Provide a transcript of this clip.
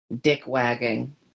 dick-wagging